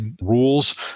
rules